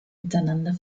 miteinander